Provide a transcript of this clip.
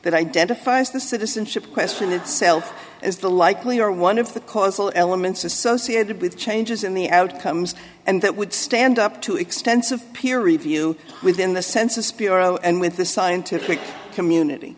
that identifies the citizenship question itself as the likelier one of the causal elements associated with changes in the outcomes and that would stand up to extensive peer review within the census bureau and with the scientific community